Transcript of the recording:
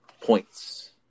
points